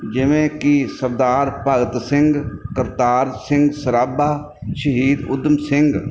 ਜਿਵੇਂ ਕਿ ਸਰਦਾਰ ਭਗਤ ਸਿੰਘ ਕਰਤਾਰ ਸਿੰਘ ਸਰਾਭਾ ਸ਼ਹੀਦ ਊਧਮ ਸਿੰਘ